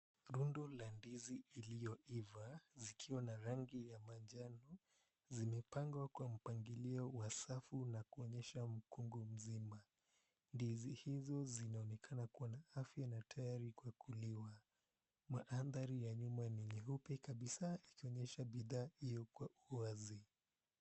Rundo ya ndizi iliyoiva ikiwa na rangi ya manjano, zimepangwa kwa mpangilio wa safu na kuonyesha mkungu mzima . Ndizi hizo zinaonekana kuwa na afya na tayari kwa kuliwa. Maanthari ya nyuma ni nyeupe kabisa ikionyesha bidhaa hiyo kwa uwazi.